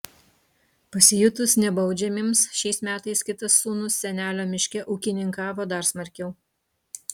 pasijutus nebaudžiamiems šiais metais kitas sūnus senelio miške ūkininkavo dar smarkiau